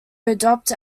adopt